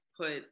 put